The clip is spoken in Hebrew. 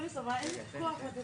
אם אני מבין אותך נכון,